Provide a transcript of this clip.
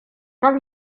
как